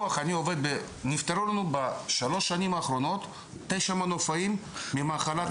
נפטרו לנו בשלוש השנים האחרונות תשעה מנופאים ממחלת סרטן.